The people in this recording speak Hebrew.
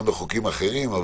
גם בחוקים אחרים.